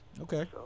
Okay